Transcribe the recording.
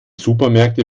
supermärkte